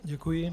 Děkuji.